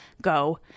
go